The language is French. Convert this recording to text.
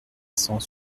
cent